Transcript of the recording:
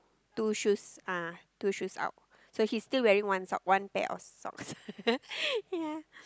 two shoes uh two shoes out so he's still wearing one sock one pair of socks ya